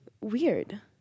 weird